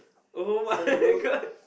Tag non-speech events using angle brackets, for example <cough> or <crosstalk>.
[oh]-my-god <laughs>